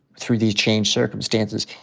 through these changed circumstances,